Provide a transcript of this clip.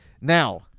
Now